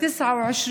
בן 29,